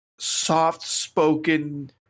soft-spoken